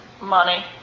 money